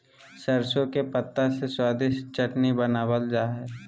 सरसों के पत्ता से स्वादिष्ट चटनी बनावल जा हइ